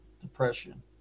depression